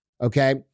Okay